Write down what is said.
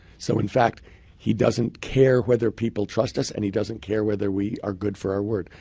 so in fact he doesn't care whether people trust us. and he doesn't care whether we are good for our word.